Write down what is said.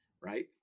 right